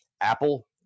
Apple